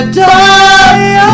die